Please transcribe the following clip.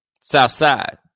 Southside